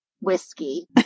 whiskey